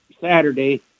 Saturday